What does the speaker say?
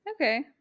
Okay